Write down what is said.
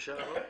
יש הערות?